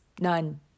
none